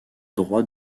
droit